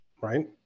right